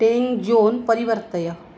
टें जोन् परिवर्तय